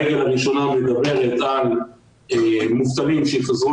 הרגל הראשונה מדברת על מובטלים שחזרו